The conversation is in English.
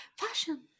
fashion